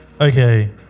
Okay